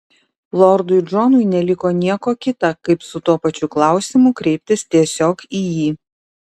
lordui džonui neliko nieko kita kaip su tuo pačiu klausimu kreiptis tiesiog į jį